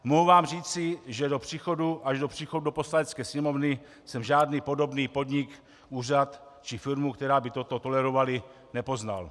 Mohu vám říci, že až do příchodu do Poslanecké sněmovny jsem žádný podobný podnik, úřad či firmu, která by toto tolerovala, nepoznal.